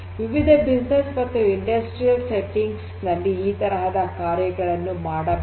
ವಿವಿಧ ವ್ಯವಹಾರ ಮತ್ತು ಕೈಗಾರಿಕಾ ಸೆಟ್ಟಿಂಗ್ಸ್ ನಲ್ಲಿ ಈ ತರಹದ ಕಾರ್ಯಗಳನ್ನು ಮಾಡಬೇಕು